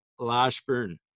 Lashburn